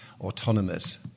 autonomous